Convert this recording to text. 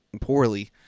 poorly